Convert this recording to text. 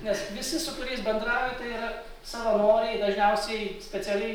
nes visi su kuriais bendraujate yra savanoriai dažniausiai specialiai